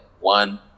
one